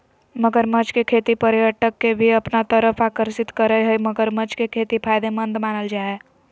मगरमच्छ के खेती पर्यटक के भी अपना तरफ आकर्षित करअ हई मगरमच्छ के खेती फायदेमंद मानल जा हय